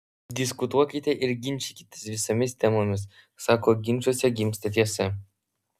diskutuokite ir ginčykitės visomis temomis sako ginčuose gimsta tiesa